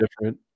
different